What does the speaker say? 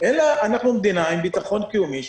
אלא אנחנו מדינה עם בעיית ביטחון קיומי,